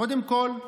קודם כול,